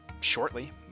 shortly